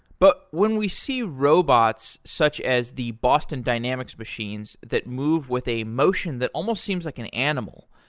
but when we see robots such as the boston dynamics machines that move with a motion that almost seems like an animal,